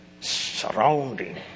surrounding